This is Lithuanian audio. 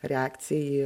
reakcija į